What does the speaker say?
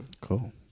Cool